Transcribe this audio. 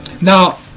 now